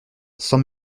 sans